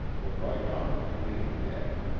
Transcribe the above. the right arm remained dead,